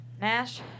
Nash